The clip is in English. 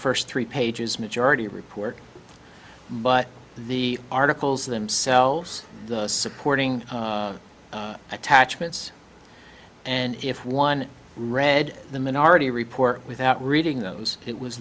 first three pages majority report but the articles themselves supporting attachments and if one read the minority report without reading those it was